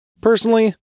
Personally